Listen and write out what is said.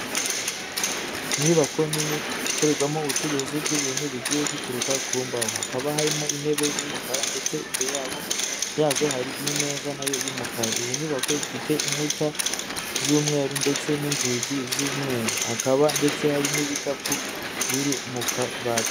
Inyubako nini ikorerwamo ubucuruzi bw'ibintu bigiye bituruka ku mbaho hakaba harimo intebe z'umukara ndetse imbere yabo yazo harimeza nayo y'umukara iyo nyubako ifite inkuta z'umweru ndetse n'inzugi z'umweru hakaba ndetse hari n'ibikapu biri mu kabati.